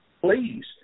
please